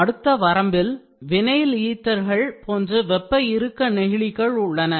அடுத்த வரம்பில் வினைல் ஈத்தர்கள் போன்று வெப்ப இறுக்க நெகிழிகள் உள்ளன